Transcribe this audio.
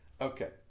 Okay